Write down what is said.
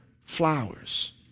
flowers